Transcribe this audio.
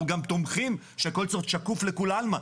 אנחנו גם תומכים שהכל צריך להיות שקוף לכולי עלמא.